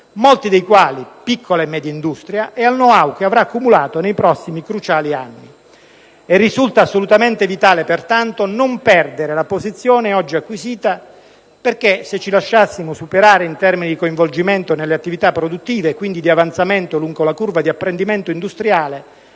molti dei quali piccola e media industria, e al *know-how* che avrà accumulato nei prossimi cruciali anni. Risulta assolutamente vitale, pertanto, non perdere la posizione oggi acquisita perché, se ci lasciassimo superare in termini di coinvolgimento nelle attività produttive e quindi di avanzamento lungo la curva di apprendimento industriale,